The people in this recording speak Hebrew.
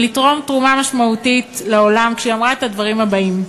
ולתרום תרומה משמעותית לעולם כשהיא אמרה את הדברים הבאים: